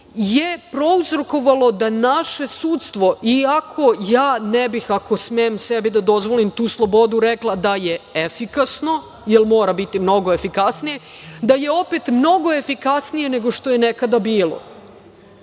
je prouzrokovalo da naše sudstvo, iako ja ne bih, ako smem sebi da dozvolim tu slobodu, rekla da je efikasno, jer mora biti mnogo efikasnije, da je opet mnogo efikasnije nego što je nekada bilo. Onda